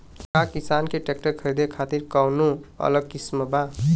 का किसान के ट्रैक्टर खरीदे खातिर कौनो अलग स्किम बा?